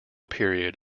period